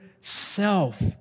self